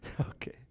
Okay